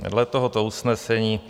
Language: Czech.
Dle tohoto usnesení